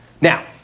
Now